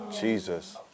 Jesus